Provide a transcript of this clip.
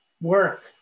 work